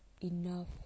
enough